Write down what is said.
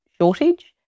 shortage